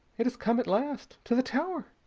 it has come at last. to the tower!